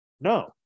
No